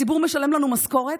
הציבור משלם לנו משכורת,